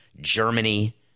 Germany